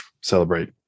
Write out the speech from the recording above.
celebrate